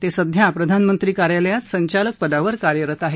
ते सध्या प्रधानमंत्री कार्यालयात संचालक पदावर कार्यरत आहेत